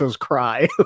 cry